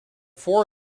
four